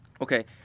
Okay